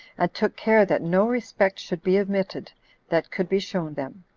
and took care that no respect should be omitted that could be shown them.